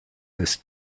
this